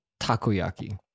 takoyaki